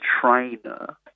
trainer